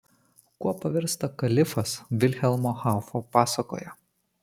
kuo pavirsta kalifas vilhelmo haufo pasakoje